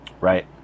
right